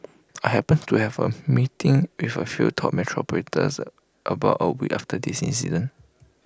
I happened to have A meeting with A few top metro operators about A week after this incident